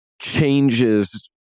changes